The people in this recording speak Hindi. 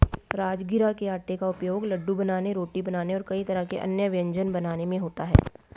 राजगिरा के आटे का उपयोग लड्डू बनाने रोटी बनाने और कई तरह के अन्य व्यंजन बनाने में होता है